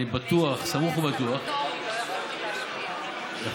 אני סמוך ובטוח, לא יכולתי להשפיע,